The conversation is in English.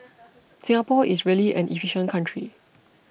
Singapore is really an efficient country